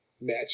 match